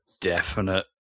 definite